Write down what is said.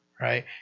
right